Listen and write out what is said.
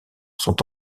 sont